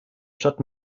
stadt